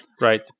right